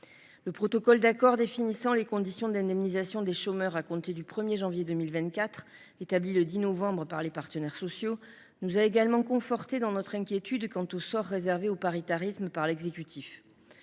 Le protocole d’accord définissant les conditions d’indemnisation des chômeurs à compter du 1 janvier 2024, établi le 10 novembre dernier par les partenaires sociaux, nous a également confortés dans notre inquiétude quant au sort réservé au paritarisme par l’exécutif.